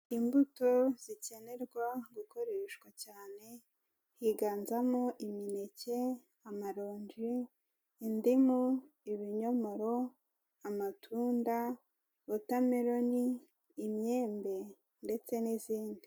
Imbuto zikenerwa gukoreshwa cyane, higanzamo imineke, amaronji, indimu, ibinyomoro, amatunda, wotameroni, imyembe, ndetse n'izindi.